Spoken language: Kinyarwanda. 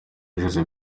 josé